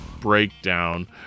breakdown